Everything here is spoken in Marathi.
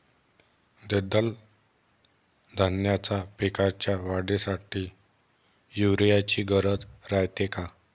द्विदल धान्याच्या पिकाच्या वाढीसाठी यूरिया ची गरज रायते का?